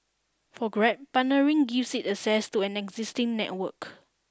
for grab partnering gives it access to an existing network